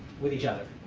with each other.